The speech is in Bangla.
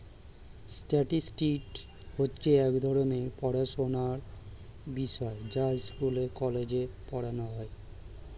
স্ট্যাটিস্টিক্স হচ্ছে এক ধরণের পড়াশোনার বিষয় যা স্কুলে, কলেজে পড়ানো হয়